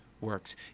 works